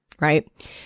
right